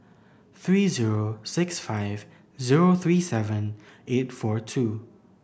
three zero six five zero three seven eight four two